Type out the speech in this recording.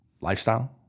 lifestyle